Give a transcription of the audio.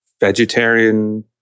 Vegetarian